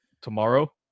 tomorrow